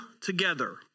together